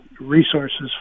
resources